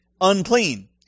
Unclean